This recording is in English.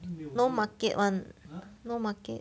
no market [one] no market